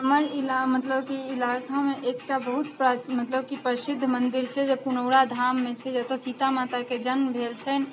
हमर इला मतलब कि इलाकामे एकटा बहुत प्राची मतलब कि प्रसिद्ध मन्दिर छै जे पुनौरा धाममे छै जतऽ सीता माताके जन्म भेल छनि